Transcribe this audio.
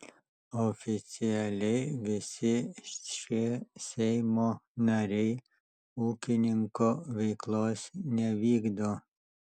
oficialiai visi šie seimo nariai ūkininko veiklos nevykdo